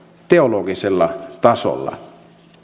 teologisella tasolla